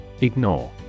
Ignore